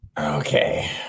Okay